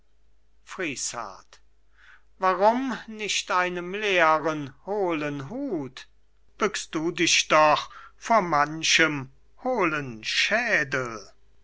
warum nicht einem leeren hohlen hut bückst du dich doch vor manchem hohlen schädel